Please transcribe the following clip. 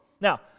Now